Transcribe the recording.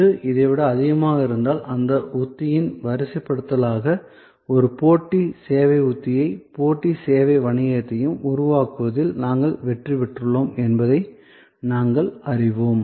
இது இதைவிட அதிகமாக இருந்தால் அந்த உத்தியின் வரிசைப்படுத்தலாக ஒரு போட்டி சேவை உத்தியையும் போட்டி சேவை வணிகத்தையும் உருவாக்குவதில் நாங்கள் வெற்றி பெற்றுள்ளோம் என்பதை நாங்கள் அறிவோம்